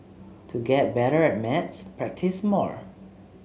to get better at maths practise more